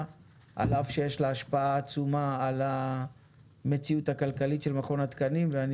על אף שיש לה השפעה עצומה על המציאות הכלכלית של מכון התקנים ואני